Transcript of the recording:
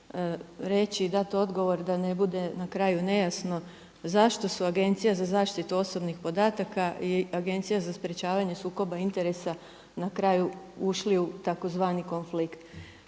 reći dat odgovor da ne bude na kraju nejasno zašto su Agencije za zaštitu osobnih podataka i Agencija za sprečavanje sukoba interesa na kraju ušli u tzv. konflikt.